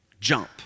Jump